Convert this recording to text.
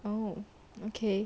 oh okay